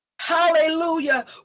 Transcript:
hallelujah